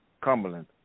Cumberland